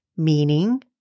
Meaning